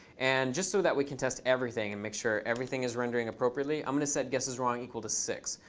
and just so that we can test everything and make sure everything is rendering appropriately, i'm going to set guesseswrong equal to six.